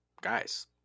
guys